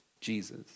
Jesus